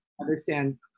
understand